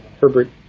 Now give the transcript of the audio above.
Herbert